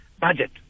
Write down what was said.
budget